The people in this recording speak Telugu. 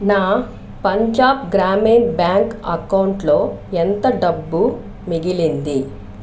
నా పంజాబ్ గ్రామీణ బ్యాంక్ అకౌంట్లో ఎంత డబ్బు మిగిలింది